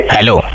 Hello